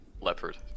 leopard